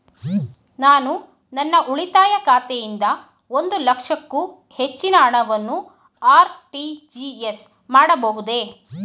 ನಾನು ನನ್ನ ಉಳಿತಾಯ ಖಾತೆಯಿಂದ ಒಂದು ಲಕ್ಷಕ್ಕೂ ಹೆಚ್ಚಿನ ಹಣವನ್ನು ಆರ್.ಟಿ.ಜಿ.ಎಸ್ ಮಾಡಬಹುದೇ?